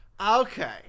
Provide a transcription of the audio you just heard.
Okay